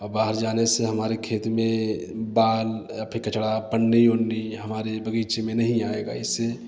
और बाहर जाने से हमारे खेत में बाल या फिर कचड़ा पन्नी उन्नी हमारे बगीचे में नहीं आएगा इससे